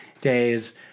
days